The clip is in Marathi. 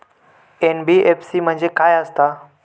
एन.बी.एफ.सी म्हणजे खाय आसत?